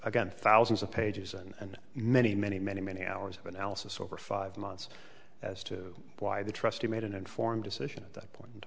got thousands of pages and many many many many hours of analysis over five months as to why the trustee made an informed decision at that point